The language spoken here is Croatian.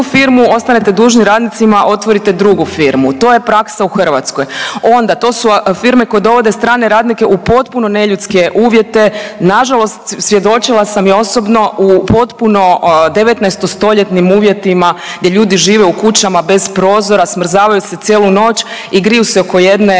firmu, ostanete dužni radnicima, otvorite drugu firmu, to je praksa u Hrvatskoj. Onda to su firme koje dovode strane radnike u potpuno neljudske uvjete, nažalost svjedočila sam i osobno u potpuno 19.-stoljetnim uvjetima gdje ljudi žive u kućama bez prozora, smrzavaju se cijelu noć i griju se oko jedne